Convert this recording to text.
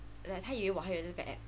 他以为我还有那个 app